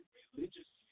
religious